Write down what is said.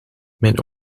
mijn